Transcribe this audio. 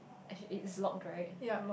as it is log right